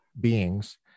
beings